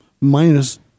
minus